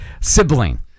sibling